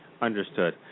Understood